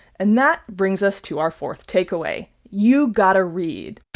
and that brings us to our fourth takeaway you got to read